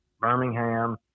Birmingham